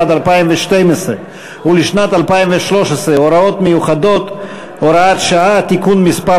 עד 2012 ולשנת 2013 (הוראות מיוחדות) (הוראת שעה) (תיקון מס'